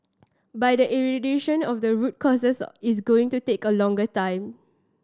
but eradication of the root causes is going to take a longer time